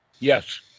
Yes